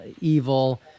evil